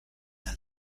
and